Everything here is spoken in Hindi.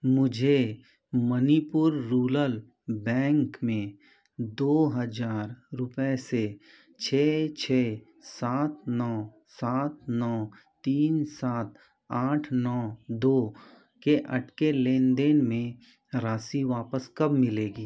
मुझे मणिपुर रूलर बैंक में दो हजार रुपये से छः छः सात नौ सात नौ तीन सात आठ नौ दो के अटके लेनदेन में राशि वापस कब मिलेगी